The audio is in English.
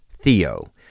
Theo